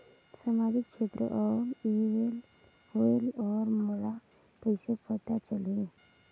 समाजिक क्षेत्र कौन होएल? और मोला कइसे पता चलही?